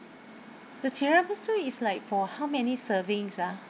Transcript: the tiramisu is like for how many servings ah